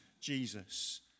Jesus